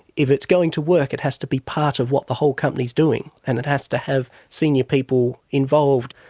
if it's going to work it has to be part of what the whole company is doing, and it has to have senior people involved.